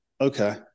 Okay